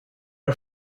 are